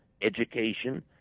education